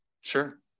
Sure